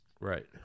right